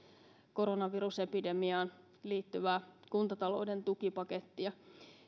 koronavirusepidemiaan liittyvää kuntatalouden tukipakettia